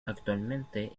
actualmente